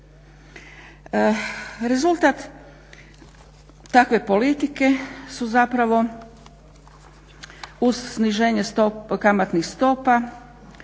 Rezultat takve politike su zapravo uz sniženje kamatnih stopa